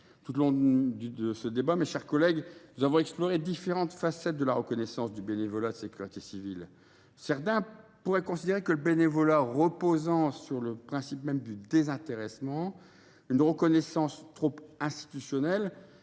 Tout au long de ce débat, nous avons exploré différentes facettes de la reconnaissance du bénévolat de sécurité civile. Certains pourraient considérer que, dans la mesure où le bénévolat repose sur le principe même du désintéressement, une reconnaissance trop institutionnelle